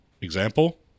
Example